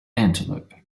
antelope